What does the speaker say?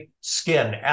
Skin